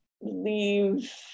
leave